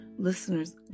Listeners